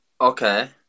Okay